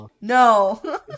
No